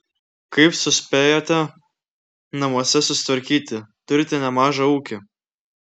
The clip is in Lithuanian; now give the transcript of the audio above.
kaip suspėjate namuose susitvarkyti turite nemažą ūkį